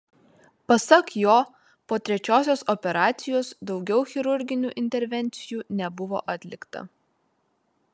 pasak jo po trečiosios operacijos daugiau chirurginių intervencijų nebuvo atlikta